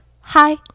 hi-